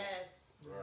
Yes